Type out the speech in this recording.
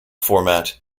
format